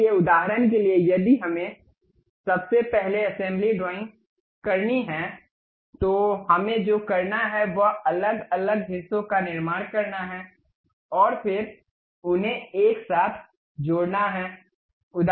इसलिए उदाहरण के लिए यदि हमें सबसे पहले असेंबली ड्रॉइंग करनी है तो हमें जो करना है वह अलग अलग हिस्सों का निर्माण करना है और फिर उन्हें एक साथ जोड़ना है